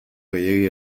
gehiegi